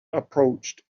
approached